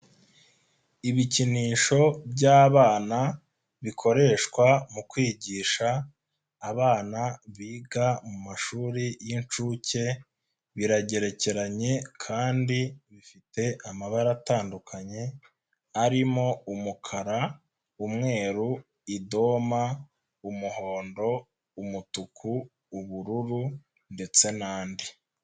Ibikinisho by'abana bikoreshwa mu kwigisha abana biga mu mashuri y'inshuke, biragerekeranye kandi bifite amabara atandukanye, arimo umukara, umweru, idoma, umuhondo, umutuku, ubururu ndetse n'andi.